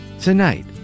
Tonight